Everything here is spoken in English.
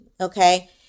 okay